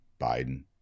Biden